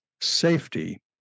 safety